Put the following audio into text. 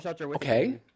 Okay